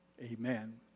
Amen